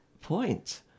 point